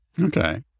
Okay